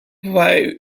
why